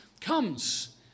comes